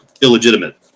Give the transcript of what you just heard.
illegitimate